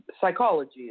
psychology